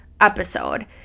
episode